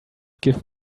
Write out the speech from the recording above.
give